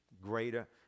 greater